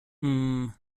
ممم